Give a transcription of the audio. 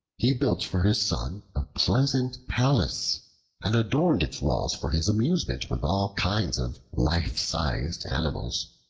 he built for his son a pleasant palace and adorned its walls for his amusement with all kinds of life-sized animals,